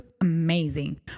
amazing